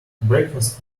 breakfast